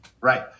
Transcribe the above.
Right